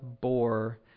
bore